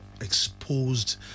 exposed